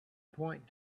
point